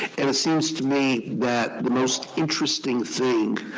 and it seems to me that the most interesting thing